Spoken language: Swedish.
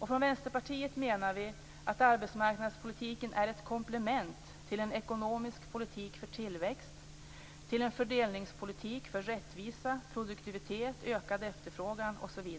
Vi i Vänsterpartiet menar att arbetsmarknadspolitiken är ett komplement till en ekonomisk politik för tillväxt, till en fördelningspolitik för rättvisa, produktivitet, ökad efterfrågan osv.